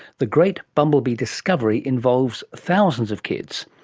the great bumblebee discovery involves thousands of kids.